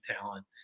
talent